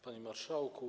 Panie Marszałku!